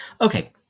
Okay